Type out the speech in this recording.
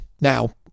Now